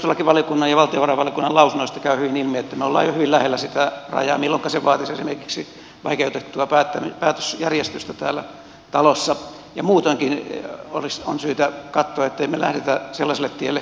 perustuslakivaliokunnan ja valtiovarainvaliokunnan lausunnoista käy hyvin ilmi että me olemme jo hyvin lähellä sitä rajaa milloinka se vaatisi esimerkiksi vaikeutettua päätösjärjestystä täällä talossa ja muutoinkin on syytä katsoa ettemme lähde sellaiselle tielle